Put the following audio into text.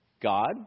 God